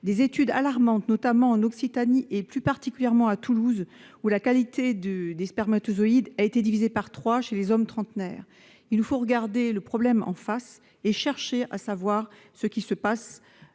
des études alarmantes ont conclu, notamment en Occitanie et plus particulièrement à Toulouse, que la qualité des spermatozoïdes a été divisée par trois chez les hommes trentenaires. Il faut regarder le problème en face et ne pas se